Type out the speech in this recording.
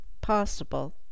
possible